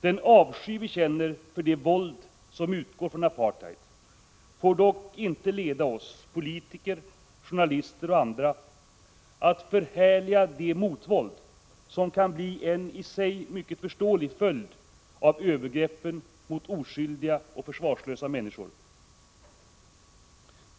Den avsky vi känner för det våld som utgår från apartheid får dock inte leda oss — politiker, journalister och andra— att förhärliga det motvåld som kan bli en, i sig mycket förståelig, följd av övergreppen mot oskyldiga och försvarslösa människor.